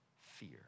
fear